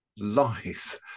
lies